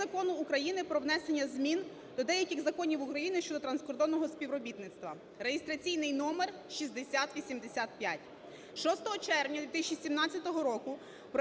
Закону України про внесення змін до деяких законів України щодо транскордонного співробітництва (реєстраційний номер 6085).